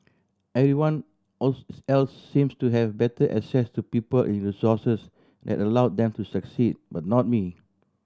everyone else seems to have better access to people and resources that allowed them to succeed but not me